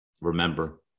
remember